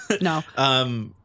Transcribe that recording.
No